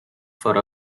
for